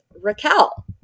Raquel